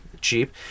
cheap